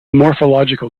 morphological